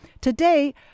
Today